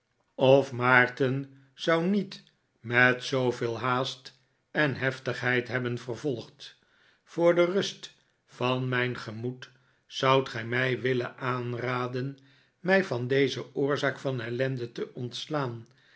of maarten zou niet met zooveel haast en heftigheid hebben vervolgd voor de rust van mijn gemoed zoudt gij mij willen aanraden mij van deze oorzaak van ellende te ontslaan